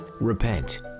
Repent